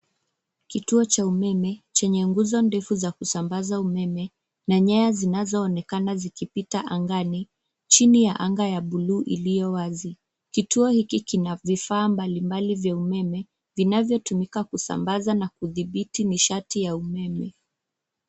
Kituo cha umeme chenye nguzo ndefu za kusambaza umeme na nyanya zinazoonekana zikipita angani chini ya anga ya bluu iliyo wazi. Kituo hiki kina vifaa mbalimbali vya umeme, vinavyotumika kusambaza na kudhibiti nishati ya umeme.